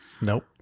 nope